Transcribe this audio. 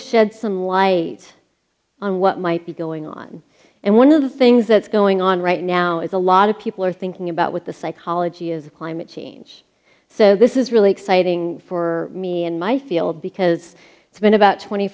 shed some light on what might be going on and one of the things that's going on right now is a lot of people are thinking about what the psychology is of climate change so this is really exciting for me and my field because it's been about twenty